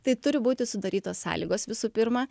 tai turi būti sudarytos sąlygos visų pirma